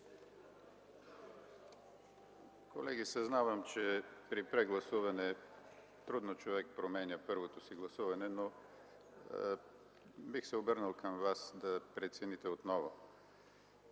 Колеги, съзнавам, че при прегласуване човек трудно променя първото си гласуване, но бих се обърнал към вас да прецените отново.